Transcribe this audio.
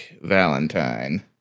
Valentine